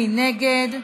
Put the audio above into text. מי נגד?